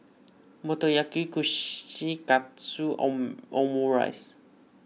Motoyaki Kushikatsu Omurice